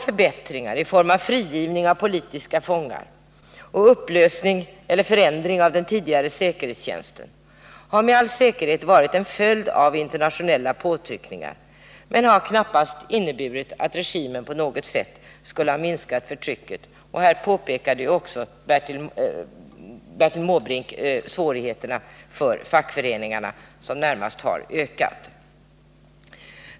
Förbättringar i form av frigivning av politiska fångar och upplösning eller förändring av den tidigare säkerhets tjänsten har med all säkerhet varit en följd av internationella påtryckningar Nr 33 men har knappast inneburit att regimen på något sätt skulle ha minskat Onsdagen den förtrycket. Bertil Måbrink påpekade också att svårigheterna för fackförening 21 november 1979 arna närmast har ökat.